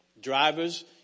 Drivers